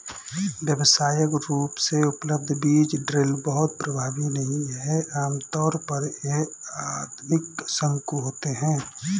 व्यावसायिक रूप से उपलब्ध बीज ड्रिल बहुत प्रभावी नहीं हैं आमतौर पर ये आदिम शंकु होते हैं